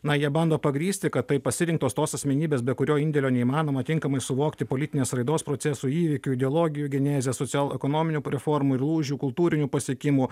na jie bando pagrįsti kad tai pasirinktos tos asmenybės be kurio indėlio neįmanoma tinkamai suvokti politinės raidos procesų įvykių ideologijų genezės socialekonominių p reformų ir lūžių kultūrinių pasiekimų